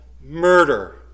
murder